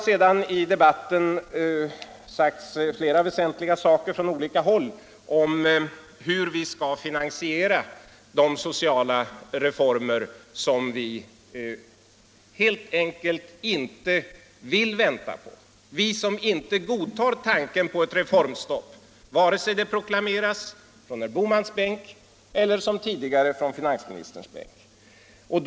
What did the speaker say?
Det har i debatten sagts flera väsentliga saker från olika håll om hur vi skall finansiera de sociala reformer som vi helt enkelt inte vill vänta på. Vi godtar inte tanken på ett reformstopp, vare sig det proklameras från herr Bohmans bänk eller som tidigare från finansministerns bänk.